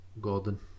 Gordon